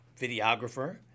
videographer